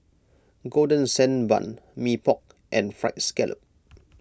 Golden Sand Bun Mee Pok and Fried Scallop